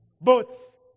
boats